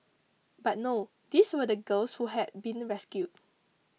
but no these were the girls who had been rescued